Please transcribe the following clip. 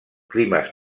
climes